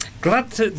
glad